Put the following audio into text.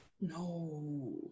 No